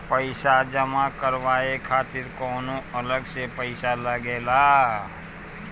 पईसा जमा करवाये खातिर कौनो अलग से पईसा लगेला?